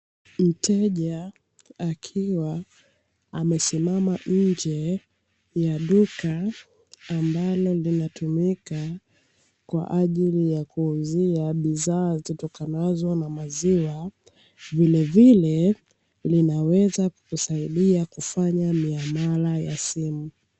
Mteja akiwa amesimama nje ya duka ambalo linatumika kwa ajili ya kuwauzia bidhaa zitokanazo na maziwa, vilevile linaweza kukusaidia kufanya miamala ya simu.